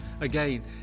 Again